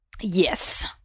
Yes